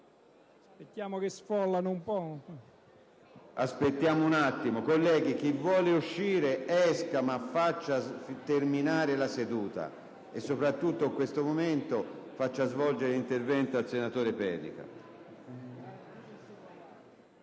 PRESIDENTE. Colleghi, chi vuole uscire esca, ma faccia terminare la seduta e soprattutto in questo momento faccia svolgere l'intervento al senatore Pedica.